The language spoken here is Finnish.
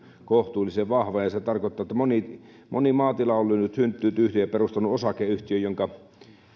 kohtuullisen vahva ja ja se tarkoittaa että moni moni maatila on lyönyt hynttyyt yhteen ja perustanut osakeyhtiön jonka